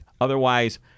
Otherwise